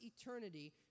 eternity